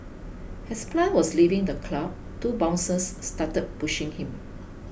has plant was leaving the club two bouncers started pushing him